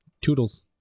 Toodles